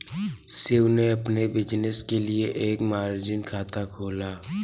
शिव ने अपने बिज़नेस के लिए एक मार्जिन खाता खोला